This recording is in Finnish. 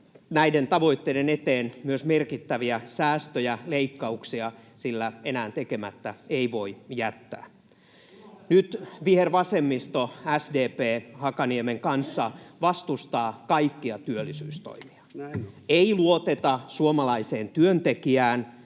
näiden tavoitteiden eteen myös merkittäviä säästöjä, leikkauksia, sillä enää tekemättä ei voi jättää. [Eduskunnasta: Unohdatte Itä-Suomen!] Nyt vihervasemmisto, SDP Hakaniemen kanssa vastustaa kaikkia työllisyystoimia. Ei luoteta suomalaiseen työntekijään,